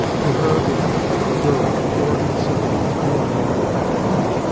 to her, the epithet of girl, pure and simple, was pre-eminently applicable,